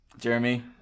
Jeremy